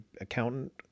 accountant